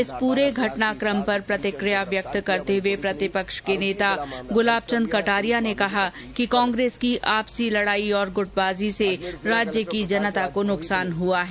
इस पूरे घटनाक्रम पर प्रतिक्रिया व्यक्त करते हुए प्रतिपक्ष के नेता गुलाबचन्द कटारिया ने कहा कि कांग्रेस की आपसी लड़ाई और गुटबाजी से राज्य की जनता का नुकसान हुआ है